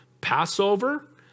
Passover